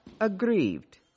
aggrieved